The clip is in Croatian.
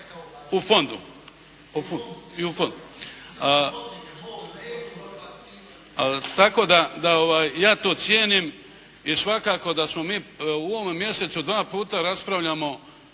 čuje./… Tako da ja to cijenim i svakako da smo mi u ovome mjesecu dva puta raspravljamo